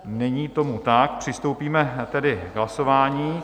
Není tomu tak, přistoupíme tedy k hlasování.